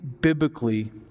biblically